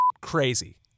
crazy